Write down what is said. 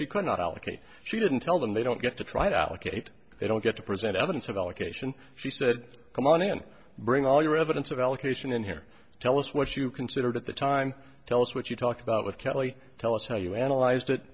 allocate she didn't tell them they don't get to try to allocate they don't get to present evidence of allocation she said come on and bring all your evidence of allocation in here tell us what you considered at the time tell us what you talked about with kelly tell us how you analyze